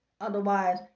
Otherwise